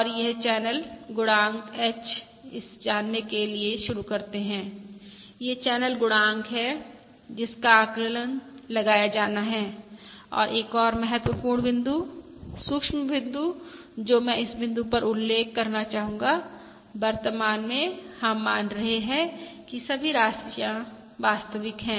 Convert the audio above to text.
और यह चैनल गुणांक h इस जानने के लिए शुरू करते है यह चैनल गुणांक है जिसका आकलन लगाया जाना है और एक और महत्वपूर्ण बिंदु सूक्ष्म बिंदु जो मैं इस बिंदु पर उल्लेख करना चाहूंगा वर्तमान में हम मान रहे हैं कि सभी राशियाँ वास्तविक हैं